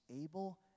able